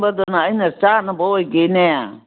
ꯃꯗꯨꯅ ꯑꯩꯅ ꯆꯥꯅꯕ ꯑꯣꯏꯒꯦꯅꯦ